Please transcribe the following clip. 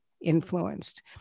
influenced